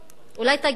אולי תגידו לנו,